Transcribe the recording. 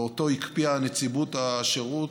ואותו הקפיאה נציבות השירות,